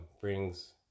brings